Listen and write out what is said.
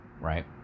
right